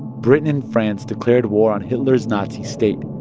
britain and france declared war on hitler's nazi state,